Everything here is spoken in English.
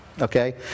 Okay